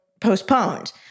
postponed